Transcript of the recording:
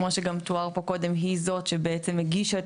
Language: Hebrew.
כמו שגם תואר פה קודם שהיא זאת שבעצם הגישה את